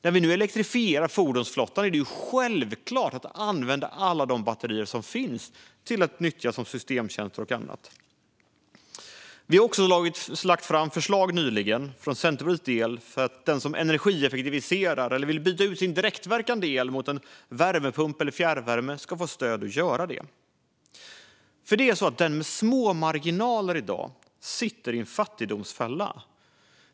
När vi nu elektrifierar fordonsflottan är det självklart att nyttja alla de batterier som finns som systemtjänster och annat. Centerpartiet har också nyligen lagt fram ett förslag om att den som energieffektiviserar eller vill byta ut sin direktverkande el mot en värmepump eller fjärrvärme ska få stöd. Den med små marginaler sitter i dag i en fattigdomsfälla.